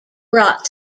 brought